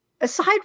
Aside